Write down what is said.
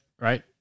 right